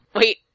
wait